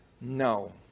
No